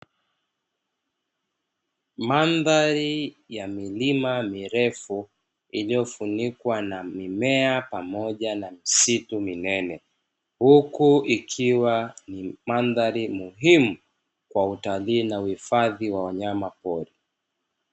Mandhari ya milima mirefu iliyofunikwa na mimea pamoja na misitu minene, huku ikiwa ni mandhari muhimu kwa utalii na uhifadhi wa wanyama pori.